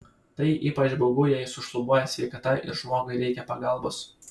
tai ypač baugu jei sušlubuoja sveikata ir žmogui reikia pagalbos